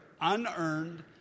unearned